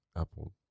apple